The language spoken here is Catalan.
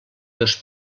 dos